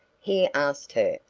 he asked her,